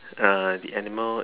uh the animal